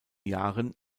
jahren